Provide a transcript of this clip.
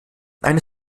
eine